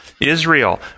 Israel